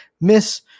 Miss